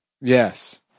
Yes